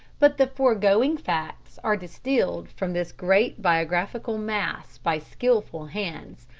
but the foregoing facts are distilled from this great biographical mass by skilful hands,